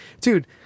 dude